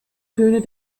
töne